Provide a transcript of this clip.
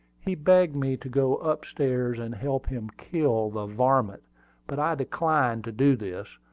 he begged me to go up-stairs, and help him kill the varmint but i declined to do this,